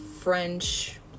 French